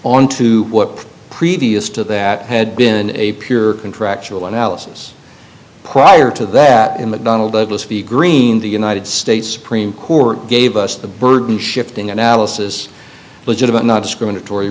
on to what previous to that had been a pure contractual analysis prior to that in the donald it was the green the united states supreme court gave us the burden shifting analysis legitimate not discriminatory